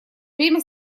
время